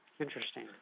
Interesting